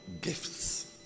gifts